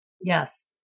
Yes